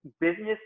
business